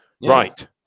Right